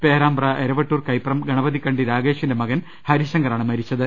പേരാമ്പ്ര എരവട്ടൂർ കൈപ്രം ഗണപതിക്കണ്ടി രാഗേഷിന്റെ മകൻ ഹരിശങ്കറാണ് മരിച്ച ത്